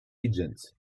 agents